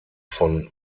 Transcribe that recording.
von